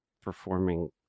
performing